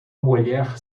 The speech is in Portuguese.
mulher